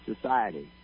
society